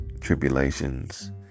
tribulations